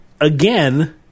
again